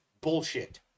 bullshit